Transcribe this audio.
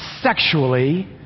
sexually